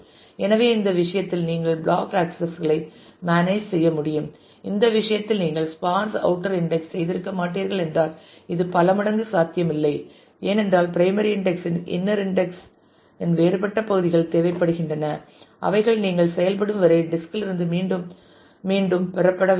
எனவே இந்த விஷயத்தில் நீங்கள் பிளாக் ஆக்சஸ் களைத் மேனேஜ் செய்ய முடியும் இந்த விஷயத்தில் நீங்கள் ஸ்பார்ஸ் அவுட்டர் இன்டெக்ஸ் செய்திருக்க மாட்டீர்கள் என்றால் இது பல மடங்கு சாத்தியமில்லை ஏனென்றால் பிரைமரி இன்டெக்ஸ் இன் இன்னர் இன்டெக்ஸ் இன் வேறுபட்ட பகுதிகள் தேவைப்படுகின்றன அவைகள் நீங்கள் செயல்படும் வரை டிஸ்க் இல் இருந்து மீண்டும் மீண்டும் பெறப்பட வேண்டும்